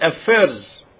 affairs